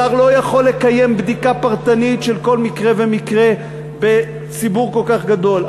השר לא יכול לקיים בדיקה פרטנית של כל מקרה ומקרה בציבור כל כך גדול,